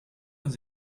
was